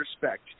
respect